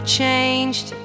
changed